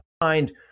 find